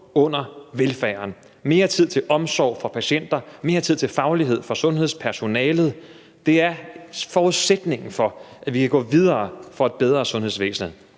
– der skal være mere tid til omsorg for patienterne og mere tid til faglighed for sundhedspersonalet. Det er forudsætningen for, at vi kan gå videre og få et bedre sundhedsvæsen.